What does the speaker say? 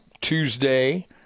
Tuesday